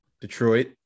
Detroit